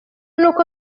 n’uko